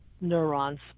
neurons